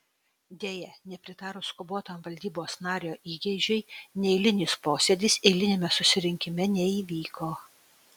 deja nepritarus skubotam valdybos nario įgeidžiui neeilinis posėdis eiliniame susirinkime neįvyko